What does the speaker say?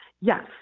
Yes